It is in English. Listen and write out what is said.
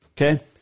Okay